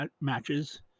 matches